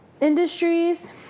industries